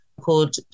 called